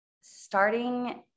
starting